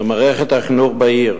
במערכת החינוך בעיר